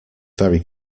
very